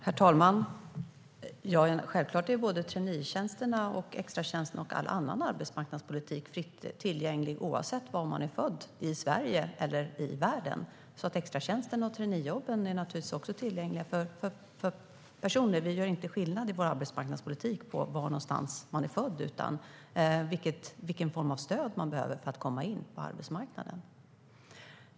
Herr talman! Självklart är såväl traineetjänsterna som extratjänsterna och alla andra tjänster på arbetsmarknaden tillgängliga oavsett var man är född, i Sverige eller någon annanstans i världen. Extratjänsterna och traineejobben är naturligtvis också tillgängliga för personer. Vi gör inte skillnad i vår arbetsmarknadspolitik på var man är född utan vilken form av stöd man behöver för att komma in på arbetsmarknaden.